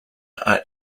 are